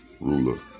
Ruler